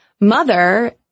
Mother